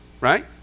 right